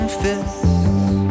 fists